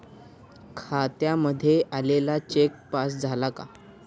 खात्यामध्ये आलेला cheque pass झाला का?